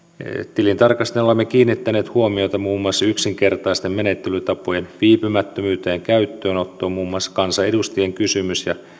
tilintarkastajina olemme kiinnittäneet huomiota muun muassa yksinkertaisten menettelytapojen viipymättömyyteen ja käyttöönottoon muun muassa kansanedustajien kysymys ja